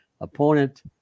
opponent